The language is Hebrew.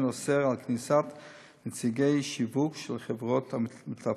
אוסר כניסת נציגי שיווק של חברות מתווכות.